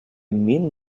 mean